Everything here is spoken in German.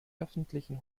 öffentlichen